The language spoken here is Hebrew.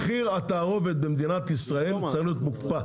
מחיר התערובת במדינת ישראל צריך להיות מוקפא,